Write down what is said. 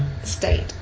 state